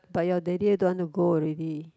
but your daddy don't want to go already